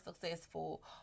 successful